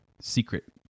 Secret